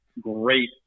great